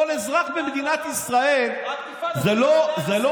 כל אזרח במדינת ישראל, רק שנייה.